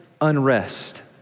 unrest